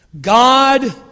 God